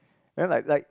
then like like